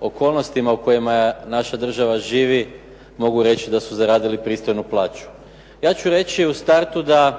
okolnostima u kojima naša država živi mogu reći da su zaradili pristojnu plaću. Ja ću reći u startu da